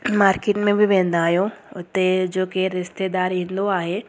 market में बि वेंदा आहियूं उते जो की रिश्तेदार ईंदो आहे